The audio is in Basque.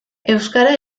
euskara